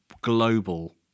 global